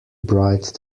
bride